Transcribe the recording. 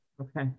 Okay